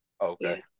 Okay